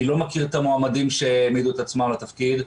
אני לא מכיר את המועמדים שהעמידו את עצמם לתפקיד.